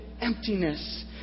emptiness